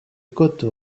côte